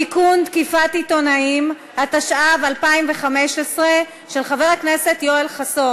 חבר הכנסת יואל חסון,